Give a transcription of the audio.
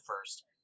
first